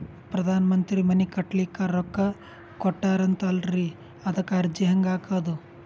ಪ್ರಧಾನ ಮಂತ್ರಿ ಮನಿ ಕಟ್ಲಿಕ ರೊಕ್ಕ ಕೊಟತಾರಂತಲ್ರಿ, ಅದಕ ಅರ್ಜಿ ಹೆಂಗ ಹಾಕದು?